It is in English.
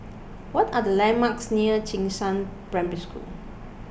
what are the landmarks near Jing Shan Primary School